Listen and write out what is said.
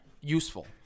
useful